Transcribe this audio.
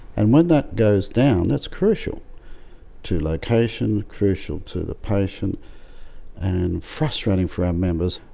and when that goes down that's crucial to location, crucial to the patient and frustrating for our members.